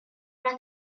una